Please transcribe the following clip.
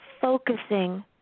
Focusing